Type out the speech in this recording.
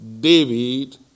David